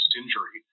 injury